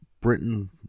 Britain